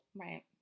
Right